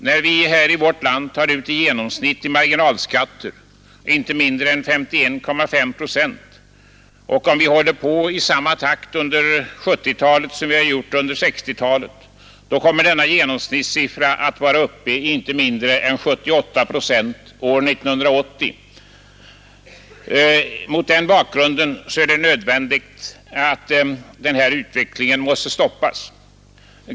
När vi i vårt land tar ut i genomsnitt i marginalskatter inte mindre än 51,5 procent och om vi håller på i samma takt under 1970-talet som vi gjort under 1960-talet, så kommer genomsnittssiffran att vara uppe i inte mindre än 78 procent år 1980. Mot den bakgrunden är det nödvändigt att denna utveckling stoppas.